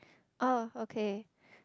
oh okay